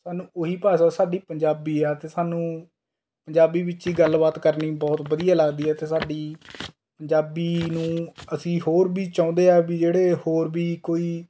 ਸਾਨੂੰ ਉਹੀ ਭਾਸ਼ਾ ਸਾਡੀ ਪੰਜਾਬੀ ਹੈ ਅਤੇ ਸਾਨੂੰ ਪੰਜਾਬੀ ਵਿੱਚ ਹੀ ਗੱਲਬਾਤ ਕਰਨੀ ਬਹੁਤ ਵਧੀਆ ਲੱਗਦੀ ਹੈ ਅਤੇ ਸਾਡੀ ਪੰਜਾਬੀ ਨੂੰ ਅਸੀਂ ਹੋਰ ਵੀ ਚਾਹੁੰਦੇ ਹਾਂ ਵੀ ਜਿਹੜੇ ਹੋਰ ਵੀ ਕੋਈ